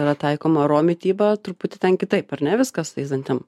yra taikoma raw mityba truputį ten kitaip ar ne viskas su tais dantim